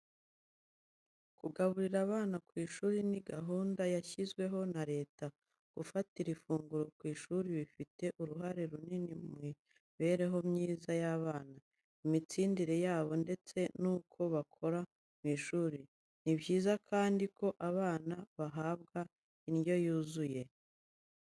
Kugaburira abana ku ishuri ni gahunda yashyizweho na Leta. Gufatira ifunguro ku ishuri bifite uruhare runini mu mibereho myiza y’abana, imitsindire yabo ndetse n'uko bakora mu ishuri. Ni byiza kandi ko abana bahabwa indyo yuzuye.